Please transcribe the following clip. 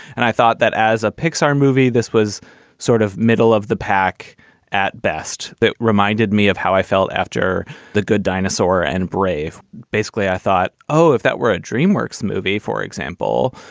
and i thought that as a pixar movie, this was sort of middle of the pack at best. that reminded me of how i felt after the good dinosaur and brave. basically, i thought, oh, if that were a dreamworks movie, for example,